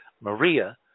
Maria